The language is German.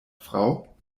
frau